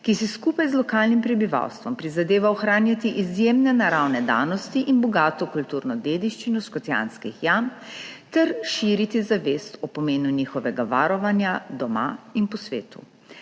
ki si skupaj z lokalnim prebivalstvom prizadeva ohranjati izjemne naravne danosti in bogato kulturno dediščino Škocjanskih jam ter širiti zavest o pomenu njihovega varovanja doma in po svetu.